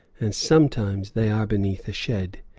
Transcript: and sometimes they are beneath a shed.